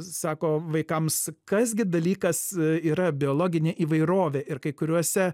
sako vaikams kas gi dalykas yra biologinė įvairovė ir kai kuriuose